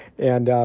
and,